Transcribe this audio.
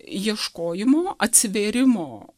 ieškojimo atsivėrimo